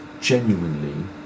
genuinely